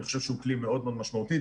אני חושב שהוא כלי מאוד מאוד משמעותי.